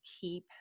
keep